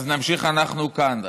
אז נמשיך אנחנו כאן.